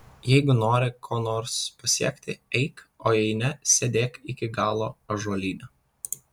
jeigu nori ko nors pasiekti eik o jei ne sėdėk iki galo ąžuolyne